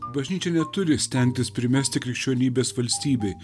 bažnyčia neturi stengtis primesti krikščionybės valstybei